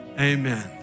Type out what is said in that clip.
Amen